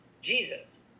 Jesus